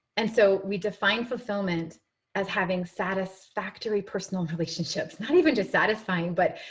and so we define fulfillment as having satisfactory personal relationships, not even just satisfying, but